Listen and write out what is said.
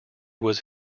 was